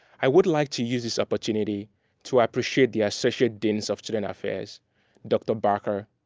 i would like to use this opportunity to appreciate the associate deans of student affairs dr. barker,